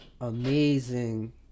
amazing